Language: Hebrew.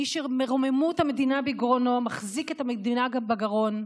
מי שרוממות המדינה בגרונו מחזיק את המדינה בגרון.